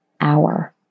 hour